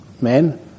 men